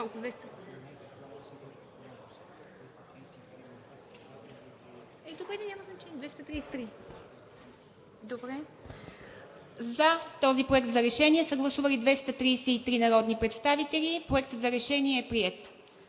За този проект за решение са гласували 233 народни представители. Проектът за решение е приет.